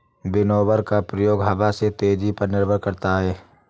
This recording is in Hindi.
विनोवर का प्रयोग हवा की तेजी पर निर्भर करता है